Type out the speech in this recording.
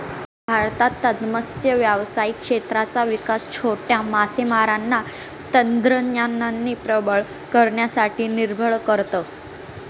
भारतात मत्स्य व्यावसायिक क्षेत्राचा विकास छोट्या मासेमारांना तंत्रज्ञानाने प्रबळ करण्यासाठी निर्भर करत